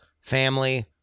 Family